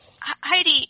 Heidi